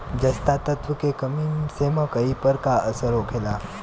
जस्ता तत्व के कमी से मकई पर का असर होखेला?